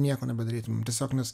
nieko nepadarytumėm tiesiog nes